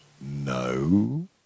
No